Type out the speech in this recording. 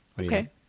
Okay